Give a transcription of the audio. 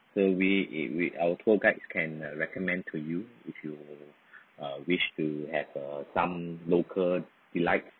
so we we we our tour guides can uh recommend to you if you wish to have uh some local delight